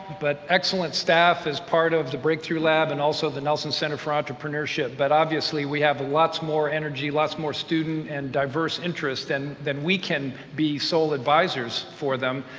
but excellent staff as part of the breakthrough lab, and also, the nelson center for entrepreneurship. but obviously, we have lots more energy, lots more student and diverse interest and than we can be sole advisors for them.